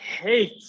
Hate